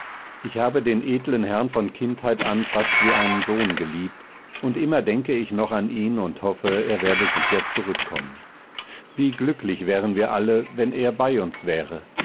ich habe den edlen herrn von kindheit an fast wie einen sohn geliebt und immer denke ich noch an ihn und hoffe er werde sicher zurück kommen wie glücklich wären wir alle wenn er bei uns wäre